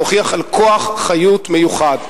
מוכיח כוח חיות מיוחד.